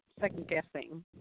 second-guessing